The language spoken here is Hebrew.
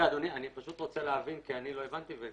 אדוני, אני רוצה להבין, כי לא הבנתי.